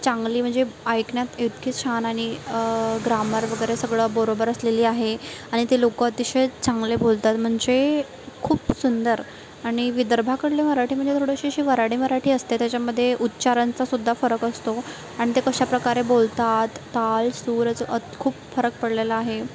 चांगली म्हणजे ऐकण्यात इतकी छान आणि ग्रामर वगैरे सगळं बरोबर असलेली आहे आणि ते लोकं अतिशय चांगले बोलतात म्हणजे खूप सुंदर आणि विदर्भाकडलं मराठी म्हंजे थोडीशी अशी वऱ्हाडी मराठी असते त्याच्यामध्ये उच्चारांचासुद्धा फरक असतो आणि ते कशा प्रकारे बोलतात ताल सूरच अत खूप फरक पडलेला आहे